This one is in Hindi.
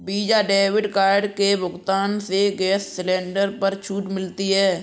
वीजा डेबिट कार्ड के भुगतान से गैस सिलेंडर पर छूट मिलती है